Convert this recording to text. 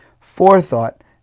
forethought